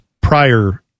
prior